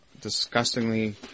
disgustingly